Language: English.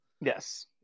Yes